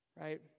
right